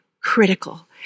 critical